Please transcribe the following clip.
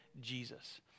Jesus